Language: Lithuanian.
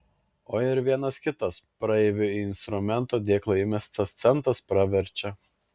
o ir vienas kitas praeivių į instrumento dėklą įmestas centas praverčia